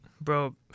Bro